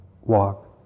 walk